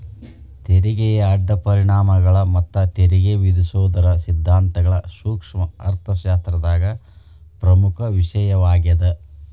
ತೆರಿಗೆಯ ಅಡ್ಡ ಪರಿಣಾಮಗಳ ಮತ್ತ ತೆರಿಗೆ ವಿಧಿಸೋದರ ಸಿದ್ಧಾಂತಗಳ ಸೂಕ್ಷ್ಮ ಅರ್ಥಶಾಸ್ತ್ರದಾಗ ಪ್ರಮುಖ ವಿಷಯವಾಗ್ಯಾದ